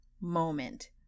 moment